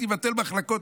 הייתי מבטל מחלקות.